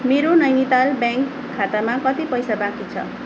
मेरो नैनिताल ब्याङ्क खातामा कति पैसा बाँकी छ